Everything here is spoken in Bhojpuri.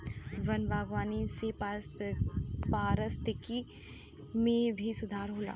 वन बागवानी से पारिस्थिकी में भी सुधार होला